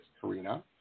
Karina